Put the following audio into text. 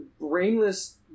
brainless